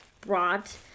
brought